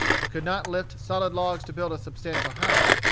he could not lift solid logs to build a substantial house.